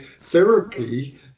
therapy